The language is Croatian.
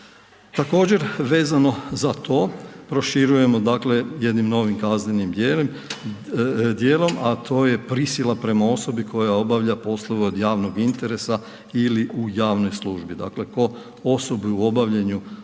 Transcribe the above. Također vezano za to, proširujemo dakle jednim novim kaznenim djelom a to je prisila prema osobi koja obavlja poslove od javnog interesa ili u javnoj službi. Dakle po osobi u obavljaju posla